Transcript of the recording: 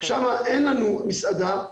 שם אין לנו מסעדה,